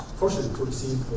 fortunate to receive